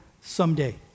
someday